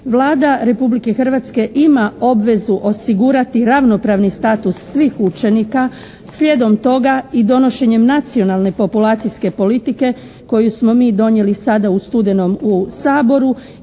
Vlada Republike Hrvatske ima obvezu osigurati ravnopravni status svih učenika, slijedom toga i donošenjem nacionalne populacijske politike koju smo mi donijeli sada u studenom u Saboru